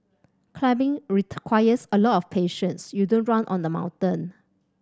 climbing requires a lot of patience you don't run on the mountain